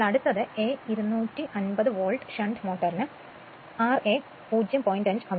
അതിനാൽ അടുത്തത് a 250 volt shunt മോട്ടോറിന് ra 0